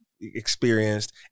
experienced